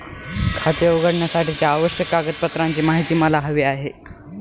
खाते उघडण्यासाठीच्या आवश्यक कागदपत्रांची माहिती मला हवी आहे